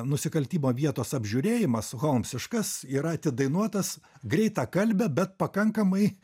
nusikaltimo vietos apžiūrėjimas holmsiškas yra atidainuotas greitakalbe bet pakankamai